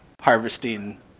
harvesting